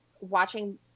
watching